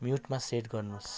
म्युटमा set गर्नुहोस्